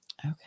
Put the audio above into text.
Okay